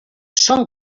són